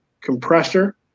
compressor